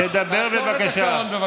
תעצור את השעון.